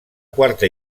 quarta